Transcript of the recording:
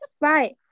right